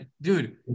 dude